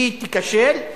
היא תיכשל,